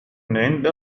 عند